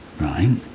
Right